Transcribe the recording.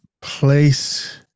place